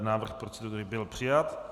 Návrh procedury byl přijat.